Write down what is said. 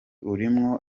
urimwo